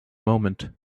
moment